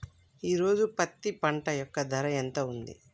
ఈ రోజు పత్తి పంట యొక్క ధర ఎంత ఉంది?